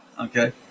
okay